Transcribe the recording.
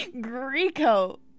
Greco